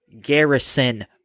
Garrison